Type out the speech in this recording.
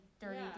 dirty